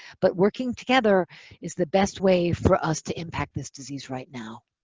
but working together is the best way for us to impact this disease right now.